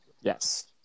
Yes